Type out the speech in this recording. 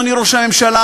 אדוני ראש הממשלה,